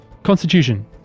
Constitution